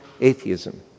atheism